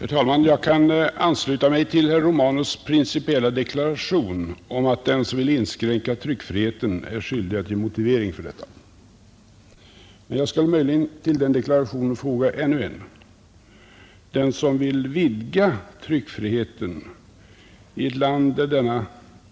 Herr talman! Jag kan ansluta mig till herr Romanus” principiella deklaration om att den som vill inskränka tryckfriheten är skyldig att ge motivering för detta. Men jag skulle möjligen till denna deklarationen foga ännu en. Den som vill vidga tryckfriheten i ett land där denna